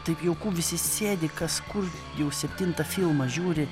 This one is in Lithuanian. taip jauku visi sėdi kas kur jau septintą filmą žiūri